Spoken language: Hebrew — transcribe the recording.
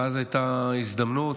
ואז הייתה הזדמנות,